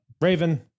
Raven